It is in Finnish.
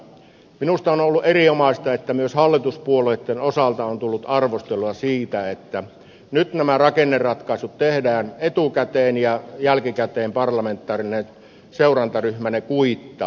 minusta on ollut erinomaista että myös hallituspuolueitten osalta on tullut arvostelua siitä että nyt nämä rakenneratkaisut tehdään etukäteen ja jälkikäteen parlamentaarinen seurantaryhmänne kuittaa